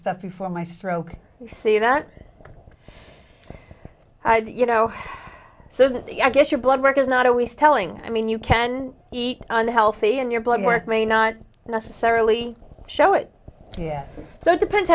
stuff before my stroke you see that you know so that the i guess your blood work is not always telling i mean you can eat unhealthy and your blood work may not necessarily show it here so it depends